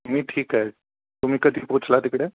मी ठीक आहे तुम्ही कधी पोहोचला तिकडे